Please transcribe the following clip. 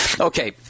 Okay